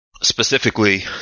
Specifically